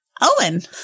Owen